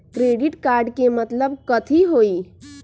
Credit card के मतलब कथी होई?